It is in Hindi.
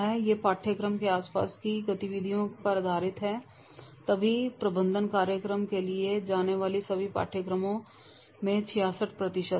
ये पाठ्यक्रम के आसपास की गतिविधियों पर ध्यान केंद्रित करते हैं और तभी प्रबंधन पाठ्यक्रमों के लिए जाने वाले सभी पाठ्यक्रमों के छियासठ प्रतिशत हैं